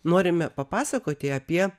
norime papasakoti apie